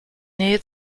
nähe